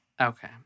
Okay